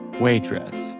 Waitress